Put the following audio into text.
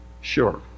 sure